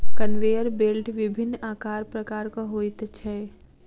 conveyor belt विभिन्न आकार प्रकारक होइत छै